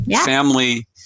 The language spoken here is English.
Family